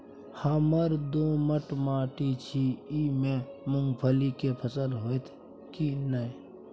हमर दोमट माटी छी ई में मूंगफली के फसल होतय की नय?